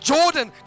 Jordan